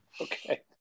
Okay